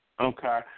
okay